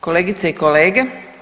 Kolegice i kolege.